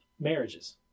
marriages